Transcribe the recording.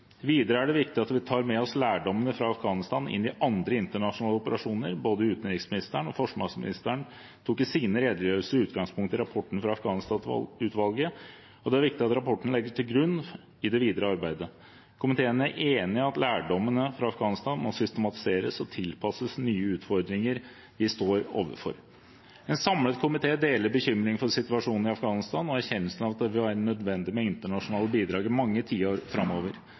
Videre er det viktig at vi tar med oss lærdommene fra Afghanistan inn i andre internasjonale operasjoner. Både utenriksministeren og forsvarsministeren tok i sine redegjørelser utgangspunkt i rapporten fra Afghanistan-utvalget, og det er viktig at rapporten legges til grunn i det videre arbeidet. Komiteen er enig i at lærdommene fra Afghanistan må systematiseres og tilpasses nye utfordringer vi står overfor. En samlet komité deler bekymringen for situasjonen i Afghanistan og erkjennelsen av at det vil være nødvendig med internasjonale bidrag i mange tiår framover.